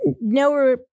no